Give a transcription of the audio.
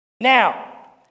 Now